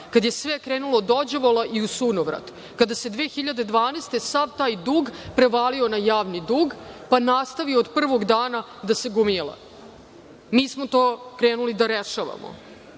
kada je sve krenulo dođavola i u sunovrat, kada se 2012. godine sav taj dug prevalio na javni dug, pa nastavio od prvog dana da se gomila. Mi smo to krenuli da rešavamo